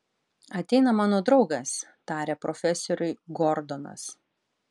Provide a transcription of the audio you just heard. ateina mano draugas tarė profesoriui gordonas